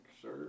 sure